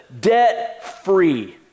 debt-free